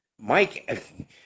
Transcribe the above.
Mike